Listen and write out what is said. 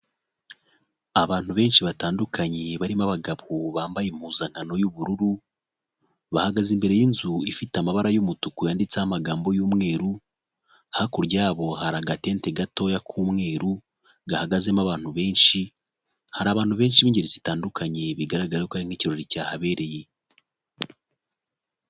Abantu benshi batandukanye, barimo abagabo bambaye impuzankano y'ubururu, bahagaze imbere y'inzu ifite amabara y'umutuku yanditseho amagambo y'umweru, hakurya yabo hari agatente gatoya k'umweru, gahagazemo abantu benshi, hari abantu benshi b'ingeri zitandukanye, bigaragara y'uko ari nk'ikirori cyahabereye.